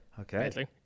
Okay